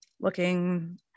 looking